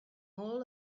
all